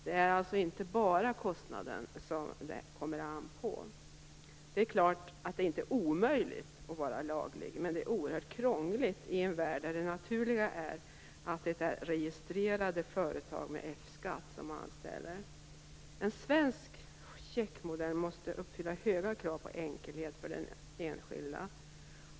Det är inte bara kostnaden det kommer an på. Det är inte omöjligt att vara laglig, men det är oerhört krångligt i en värld där det naturliga är att det är registrerade företag med F-skatt som anställer. En svensk checkmodell måste uppfylla höga krav på enkelhet för den enskilde.